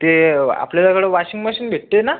ते आपल्याकडं washing machine भेटते ना